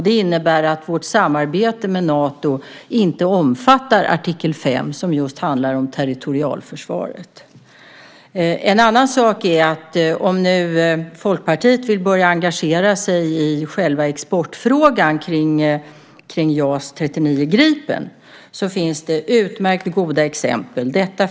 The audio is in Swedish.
Det innebär att vårt samarbete med Nato inte omfattar artikel 5, som handlar om just territorialförsvaret. Om nu Folkpartiet vill börja engagera sig i själva exportfrågan kring JAS 39 Gripen finns där utmärkt goda exempel.